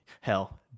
hell